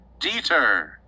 Dieter